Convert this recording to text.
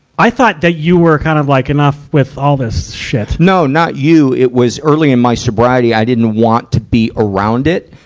i thought that you were kind of like, enough with all this shit. no, not you. it was early in my sobriety, i didn't want to be around it,